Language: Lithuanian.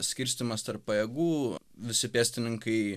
skirstymas tarp pajėgų visi pėstininkai